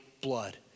blood